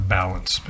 balance